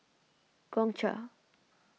Gongcha